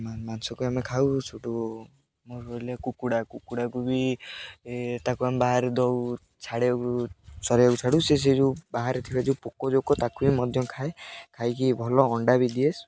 ମାଂସକୁ ଆମେ ଖାଉ ସେଠୁ ମୋର ରହିଲେ କୁକୁଡ଼ା କୁକୁଡ଼ାକୁ ବି ତାକୁ ଆମେ ବାହାରେ ଦେଉ ଛାଡ଼ିବାକୁ ଚରିବାକୁ ଛାଡ଼ୁ ସେ ସେ ଯେଉଁ ବାହାରେ ଥିବା ଯେଉଁ ପୋକଜୋକ ତାକୁ ବି ମଧ୍ୟ ଖାଏ ଖାଇକି ଭଲ ଅଣ୍ଡା ବି ଦିଏ